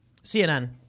CNN